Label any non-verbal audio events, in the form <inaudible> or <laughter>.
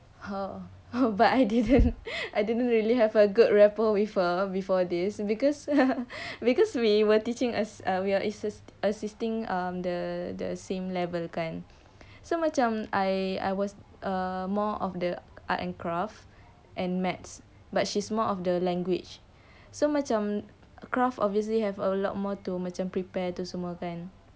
hmm hmm but I didn't I didn't really have a good rapport with her before this <laughs> because we were teaching assist~ assist~ assisting um the the same level kan so macam I was err more of the art and craft and maths but she's more of the language so macam uh craft obviously have a lot more to more to prepare tu semua kan